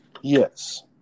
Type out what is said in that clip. Yes